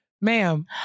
ma'am